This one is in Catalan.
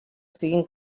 estiguin